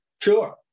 sure